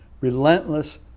relentless